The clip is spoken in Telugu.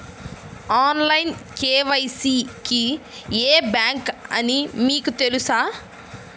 ఆన్లైన్ కే.వై.సి కి ఏ బ్యాంక్ అని మీకు తెలుసా?